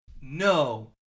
No